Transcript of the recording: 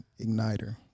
Igniter